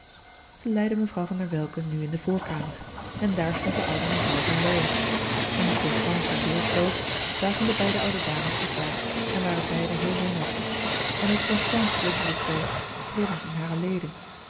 zij leidde mevrouw van der welcke nu in louis couperus de boeken der kleine zielen de voorkamer en daar stond de oude mevrouw van lowe en nu constance de deur sloot zagen de beide oude dames elkaâr en waren beiden heel zenuwachtig en ook constance voelde zich zoo trillen in hare leden